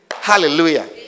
Hallelujah